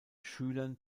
schülern